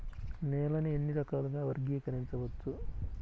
నేలని ఎన్ని రకాలుగా వర్గీకరించవచ్చు?